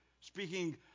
speaking